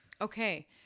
Okay